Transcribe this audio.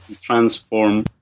transform